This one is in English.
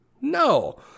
No